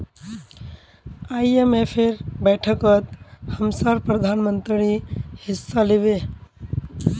आईएमएफेर बैठकत हमसार प्रधानमंत्री हिस्सा लिबे